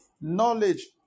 Knowledge